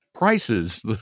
prices